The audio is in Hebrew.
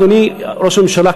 אדוני ראש הממשלה,